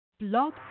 blog